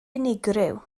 unigryw